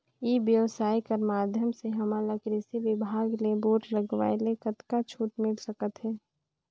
ई व्यवसाय कर माध्यम से हमन ला कृषि विभाग ले बोर लगवाए ले कतका छूट मिल सकत हे?